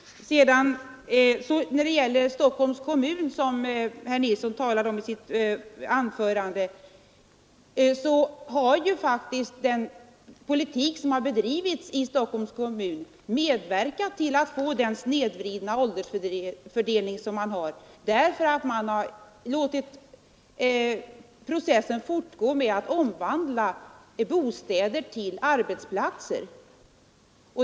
Vad sedan gäller utvecklingen i Stockholms kommun, som herr Nilsson talade om, så har ju den politik som bedrivits i Stockholms kommun medverkat till den snedvridna åldersfördelningen, när man har låtit den processen fortgå att man omvandlar bostäder till arbetsplatser.